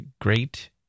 great